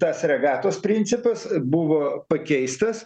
tas regatos principas buvo pakeistas